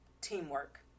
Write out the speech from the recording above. teamwork